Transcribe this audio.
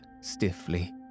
stiffly